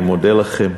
אני מודה לכם.